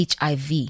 HIV